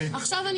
עכשיו אני